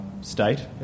state